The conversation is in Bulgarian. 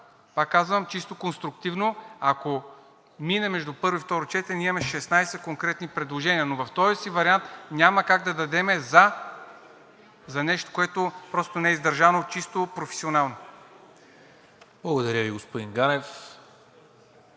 пак казвам, чисто конструктивно, ако мине между първо и второ четене, ние имаме 16 конкретни предложения, но в този си вариант няма как да дадем „за“ за нещо, което просто не е издържано чисто професионално. ПРЕДСЕДАТЕЛ НИКОЛА